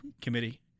Committee